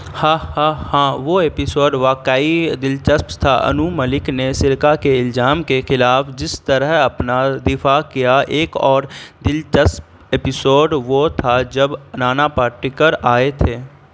ہا ہا ہاں وہ ایپیسوڈ واقعی دلچسپ تھا انو ملک نے سرقہ کے الزام کے خلاف جس طرح اپنا دفاع کیا ایک اور دلچسپ ایپیسوڈ وہ تھا جب نانا پاٹیکر آئے تھے